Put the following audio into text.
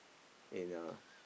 in a